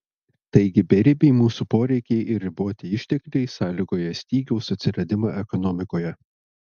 taigi beribiai mūsų poreikiai ir riboti ištekliai sąlygoja stygiaus atsiradimą ekonomikoje